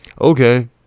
okay